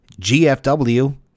GFW